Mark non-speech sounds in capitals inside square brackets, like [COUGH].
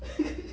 [LAUGHS]